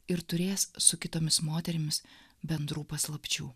ir turės su kitomis moterimis bendrų paslapčių